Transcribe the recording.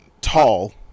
Tall